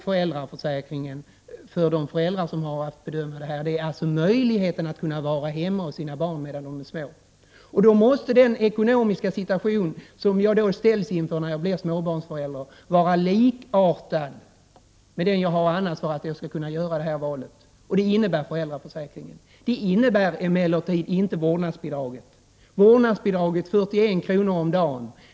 För de föräldrar som har att bedöma möjligheten att kunna vara hemma hos sina barn medan de är små gäller det att välja mellan vårdnadsbidraget och föräldraförsäkringen. Den ekonomiska situation som man ställs inför när man blir småbarnsförälder måste vara likartad med den man annars har. Det måste vara förutsättningen i detta val. En sådan likartad ekonomi får man med föräldraförsäkringen men inte med vårdnadsbidraget. Vårdnadsbidraget skulle vara 41 kr. om dagen.